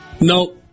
No